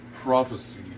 prophecy